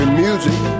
music